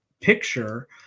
picture